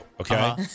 okay